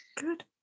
Good